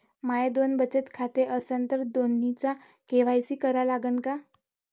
माये दोन बचत खाते असन तर दोन्हीचा के.वाय.सी करा लागन का?